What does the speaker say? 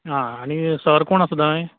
आं आनी सर कोण आसा थंय